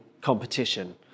competition